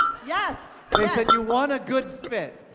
yes! they said you want a good fit.